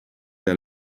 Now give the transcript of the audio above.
der